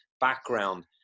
background